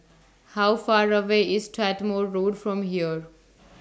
How Far away IS Strathmore Road from here